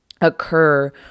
occur